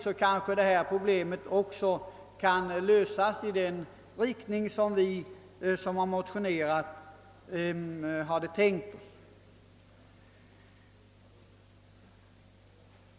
Då kanske problemet kan lösas i den riktning som, vi motionärer har tänkt oss.